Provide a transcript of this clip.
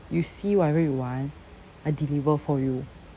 you see whatever you want I deliver for you